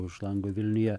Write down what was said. už lango vilniuje